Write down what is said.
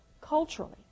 culturally